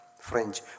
French